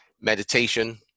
Meditation